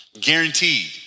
guaranteed